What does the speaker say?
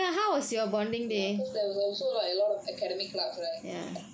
ya because there was also like lot of acedemic club right